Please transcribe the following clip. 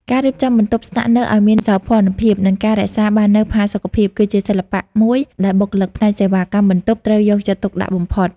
ការរៀបចំបន្ទប់ស្នាក់នៅឱ្យមានសោភ័ណភាព និងការរក្សាបាននូវផាសុកភាព គឺជាសិល្បៈមួយដែលបុគ្គលិកផ្នែកសេវាកម្មបន្ទប់ត្រូវយកចិត្តទុកដាក់បំផុត។